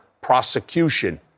prosecution